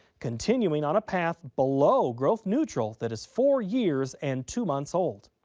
continuing on a path below growth neutral that is four years and two months old.